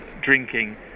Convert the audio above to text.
drinking